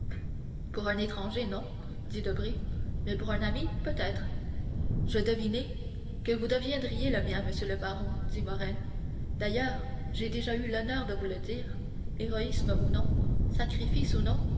pour un étranger non dit debray mais pour un ami peut-être je devinai que vous deviendriez le mien monsieur le baron dit morrel d'ailleurs j'ai déjà eu l'honneur de vous le dire héroïsme ou non sacrifice ou non